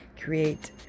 create